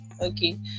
Okay